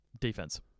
Defense